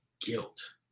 guilt